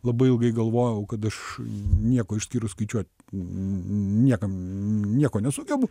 labai ilgai galvojau kad aš nieko išskyrus skaičiuot niekam nieko nesugebu